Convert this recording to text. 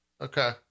Okay